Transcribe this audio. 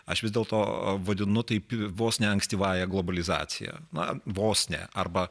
aš vis dėlto vadinu taip vos ne ankstyvąja globalizacija na vos ne arba